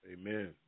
Amen